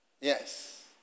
Yes